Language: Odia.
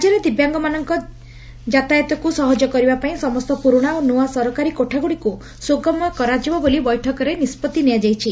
ରାଜ୍ୟରେ ଦିବ୍ୟାଙ୍ଗମାନଙ୍କ ଜାତାୟତକୁ ସହଜ କରିବା ପାଇଁ ସମସ୍ତ ପୁରୁଶା ଓ ନିଆ ସରକାରୀ କୋଠାଗୁଡ଼ିକୁ ସୁଗମ୍ୟ କରାଯିବ ବୋଲି ବୈଠକରେ ନିଷ୍ବଉି ନିଆଯାଇଛି